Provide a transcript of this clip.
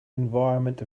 environment